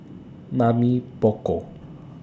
Mamy Poko